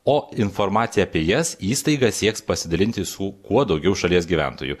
o informacija apie jas įstaiga sieks pasidalinti su kuo daugiau šalies gyventojų